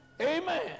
amen